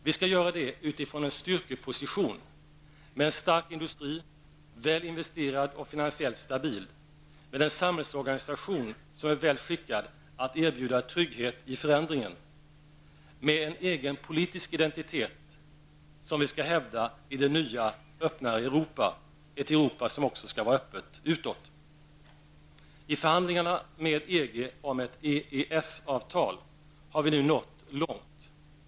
Vi skall göra detta utifrån en styrkeposition med en stark industri, väl investerad och finansiellt stabil, med en samhällsorganisation som är väl skickad att erbjuda trygghet i förändringen, med en egen politisk identitet som vi skall hävda i det nya öppnare Europa, ett Europa som också skall vara öppet utåt. I förhandlingarna med EG om ett EES-avtal har vi nu nått långt.